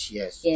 yes